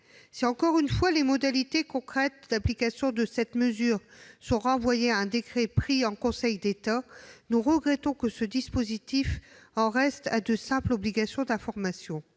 encore une fois les modalités concrètes d'application de cette mesure, qui sont renvoyées à un décret pris en Conseil d'État, que nous déplorons. Nous regrettons que le dispositif en reste à de simples obligations en termes d'information.